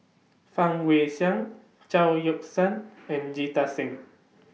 Fang Guixiang Chao Yoke San and Jita Singh